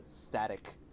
static